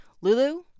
Lulu